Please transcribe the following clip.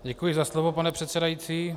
Děkuji za slovo, pane předsedající.